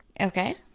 Okay